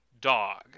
dog